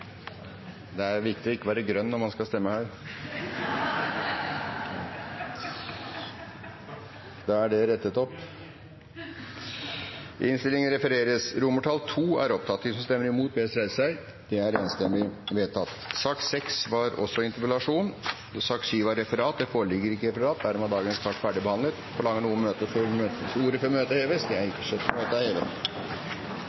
Det er viktig ikke å være grønn når man skal stemme her. – Da blir det rettet opp. 76 representanter stemte for og 16 representanter stemte imot komiteens innstilling. Videre var innstilt: I sak nr. 6 foreligger det ikke noe voteringstema. Det foreligger ikke noe referat. Dermed er sakene på dagens kart ferdigbehandlet. Forlanger noen ordet før møtet er